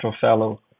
fellow